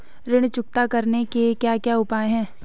ऋण चुकता करने के क्या क्या उपाय हैं?